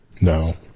No